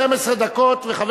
12 דקות, וחבר